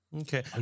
Okay